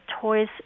toys